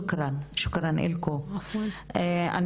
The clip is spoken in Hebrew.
(עוברת לשפה הערבית, להלן תרגום) תודה, תודה